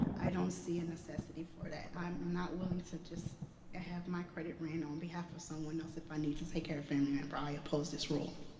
i don't see a necessity for that. i'm not willing to just ah have my credit ran on behalf of someone else if i need to take care of a family member. i oppose this rule.